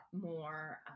more